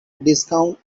discount